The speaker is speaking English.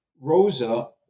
Rosa